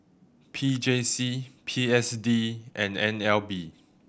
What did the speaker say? P J C P S D and N L B